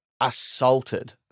assaulted